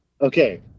Okay